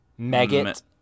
Maggot